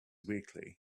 weakly